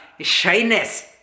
shyness